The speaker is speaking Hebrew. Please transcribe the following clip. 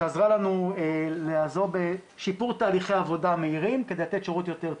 שעזרה לנו בשיפור תהליכי עבודה מהירים כדי לתת שירות יותר טוב.